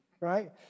right